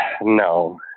No